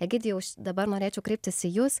egidijaus dabar norėčiau kreiptis į jus